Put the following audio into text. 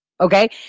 okay